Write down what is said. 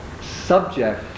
subject